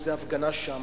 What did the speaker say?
איזו הפגנה שם.